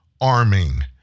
arming